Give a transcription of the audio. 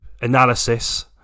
analysis